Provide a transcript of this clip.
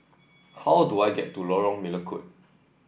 how do I get to Lorong Melukut